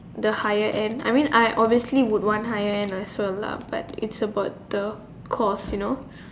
the higher end I mean I obviously would want higher end also lah but it's about the cost you know